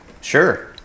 sure